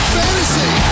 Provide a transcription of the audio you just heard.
fantasy